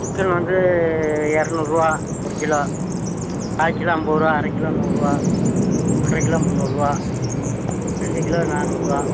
chicken வந்து இரநூறுவா ஒரு கிலோ கால் கிலோ ஐம்பது ரூபா அரைக் கிலோ நூறுரூவா ஒன்ரைக் கிலோ முந்நூறுரூவா ரெண்டு கிலோ நானூறுரூவா